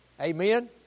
amen